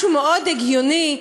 משהו מאוד הגיוני.